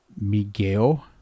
Miguel